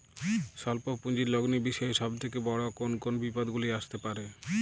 স্বল্প পুঁজির লগ্নি বিষয়ে সব থেকে বড় কোন কোন বিপদগুলি আসতে পারে?